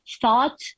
thought